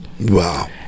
Wow